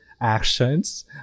actions